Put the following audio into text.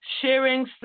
sharing